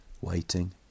waiting